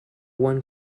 one